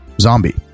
Zombie